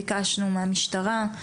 ביקשנו מהמשטרה,